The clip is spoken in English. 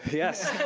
yes,